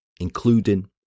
including